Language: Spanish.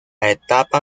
etapa